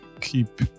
keep